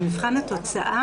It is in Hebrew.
במבחן התוצאה,